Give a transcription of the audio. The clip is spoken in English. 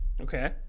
Okay